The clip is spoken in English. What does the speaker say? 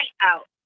out